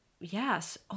yes